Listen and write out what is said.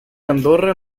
andorra